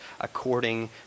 according